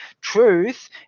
truth